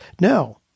No